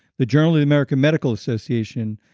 the journal of the american medical association,